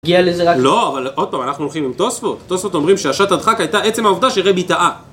הגיע לזה רק... לא, אבל עוד פעם אנחנו הולכים עם תוספות תוספות אומרים שהשעט הדחק הייתה עצם העובדה שרבי טעה